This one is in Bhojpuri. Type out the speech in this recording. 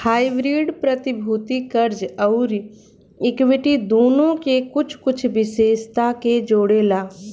हाइब्रिड प्रतिभूति, कर्ज अउरी इक्विटी दुनो के कुछ कुछ विशेषता के जोड़ेला